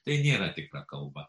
tai nėra tikra kalba